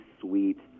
sweet